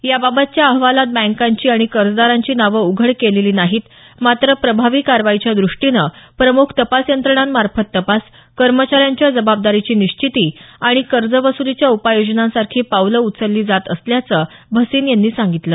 याबाबतच्या अहवालात बँकांची आणि कर्जदारांची नावं उघड केलेली नाहीत मात्र प्रभावी कारवाईच्या दृष्टीनं प्रमुख तपास यंत्रणामार्फत तपास कर्मचाऱ्यांच्या जबाबदारीची निश्चिती आणि कर्जवसूलीच्या उपाय योजनांसारखी पावलं उचलली जात असल्याचं भसीन यांनी सांगितलं